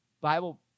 Bible